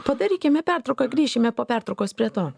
padarykime pertrauką grįšime po pertraukos prie to